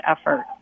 effort